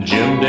Jim